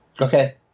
Okay